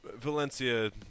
Valencia